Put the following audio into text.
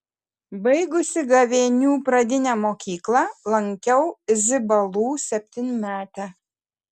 baigusi gavėnių pradinę mokyklą lankiau zibalų septynmetę